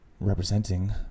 representing